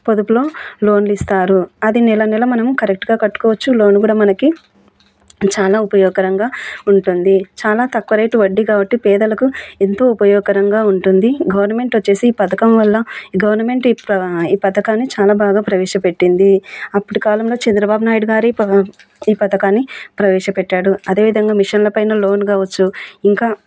పొదుపులో లోన్లు ఇస్తారు అది నెల నెల మనం కరెక్ట్గా కట్టుకోవచ్చు లోన్ కూడా మనకి చాలా ఉపయోగకరంగా ఉంటుంది చాలా తక్కువ రేటు వడ్డి కాబట్టి పేదలకు ఎంతో ఉపయోగకరంగా ఉంటుంది గవర్నమెంట్ వచ్చేసి ఈ పథకం వల్ల గవర్నమెంట్ ఈ ఈ పథకాన్ని చాలా బాగా ప్రవేశపెట్టింది అప్పటి కాలంలో చంద్రబాబు నాయుడు గారే ఈ పథకాన్ని ప్రవేశపెట్టాడు అదేవిధంగా మిషన్ల పైన లోన్ కావచ్చు ఇంకా